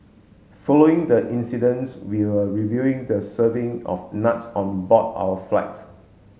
following the incidents we are reviewing the serving of nuts on board our flights